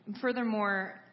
furthermore